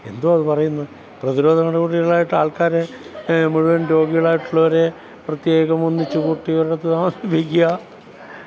എന്തുവാ അത് പറയുന്നത് പ്രതിരോധ നടപടികളായിട്ട് ആൾക്കാരെ മുഴുവന് രോഗികളായിട്ടുള്ളവരെ പ്രത്യേകമൊന്നിച്ചുകൂട്ടി ഒരിടത്ത് താമസിപ്പിക്കുക